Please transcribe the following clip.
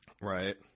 Right